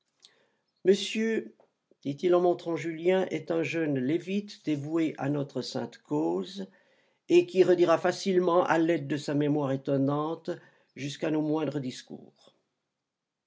monsieur dit-il en montrant julien est un jeune lévite dévoué à notre sainte cause et qui redira facilement à l'aide de sa mémoire étonnante jusqu'à nos moindres discours